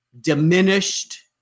diminished